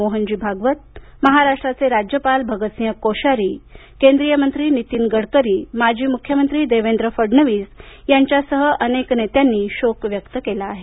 मोहन भागवत महाराष्ट्राचे राज्यपाल भगतसिंह कोश्यारी केंद्रीय मंत्री नितीन गडकरी माजी मुख्यममत्री देवेंद्र फडणविस यांच्यासह अनेक नेत्यांनी शोक व्यक्त केला आहे